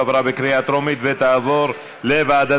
בוא בבקשה.